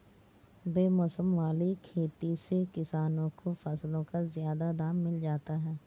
बेमौसम वाली खेती से किसानों को फसलों का ज्यादा दाम मिल जाता है